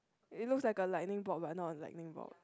it looks like a lightning board but not a lightning board